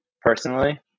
personally